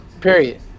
period